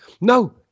No